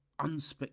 unspectacular